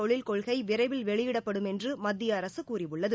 தொழில் கொள்கை விரைவில் வெளியிடப்படும் என்று மத்திய அரசு கூறியுள்ளது